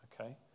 okay